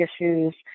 issues